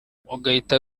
ugahita